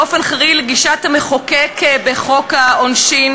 באופן חריג לגישת המחוקק בחוק העונשין,